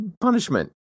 punishment